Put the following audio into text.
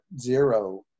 zero